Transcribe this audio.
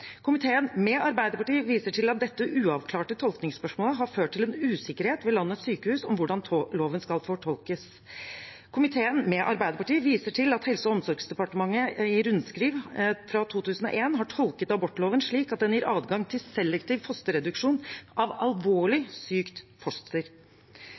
Komiteen» – med Arbeiderpartiet – «viser til at dette uavklarte tolkningsspørsmålet har ført til en usikkerhet ved landets sykehus om hvordan loven skal forstås. Komiteen» – med Arbeiderpartiet – «viser til at Helse- og omsorgsdepartementet i rundskriv I-42/2001 har tolket abortloven slik at den gir adgang til selektiv fosterreduksjon av